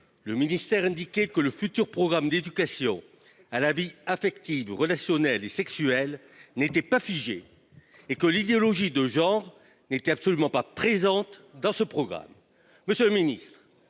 nationale indiquait que le futur programme d’éducation à la vie affective, relationnelle et sexuelle n’était pas figé et que l’idéologie de genre n’était « absolument pas présente dans ce programme ». Monsieur le ministre,